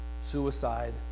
suicide